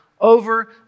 over